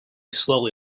slowly